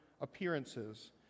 appearances